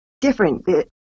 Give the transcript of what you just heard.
different